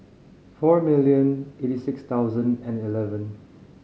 four million eighty six thousand and eleven